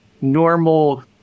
normal